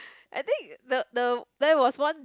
I think the the there was once